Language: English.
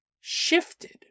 Shifted